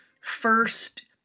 first